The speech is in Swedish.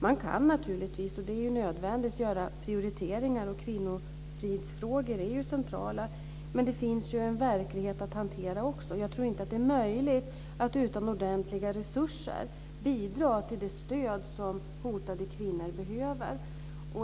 Man kan naturligtvis - och det är nödvändigt - göra prioriteringar, och kvinnofridsfrågor är centrala. Men det finns ju också en verklighet att hantera. Jag tror inte att det är möjligt att utan ordentliga resurser bidra till det stöd som hotade kvinnor behöver.